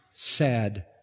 sad